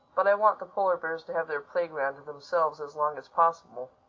but i want the polar bears to have their play-ground to themselves as long as possible.